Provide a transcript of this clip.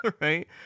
right